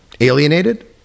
alienated